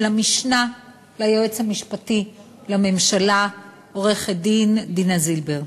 המשנה ליועץ המשפטי לממשלה עורכת-דין דינה זילבר.